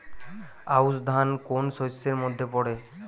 আউশ ধান কোন শস্যের মধ্যে পড়ে?